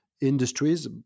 industries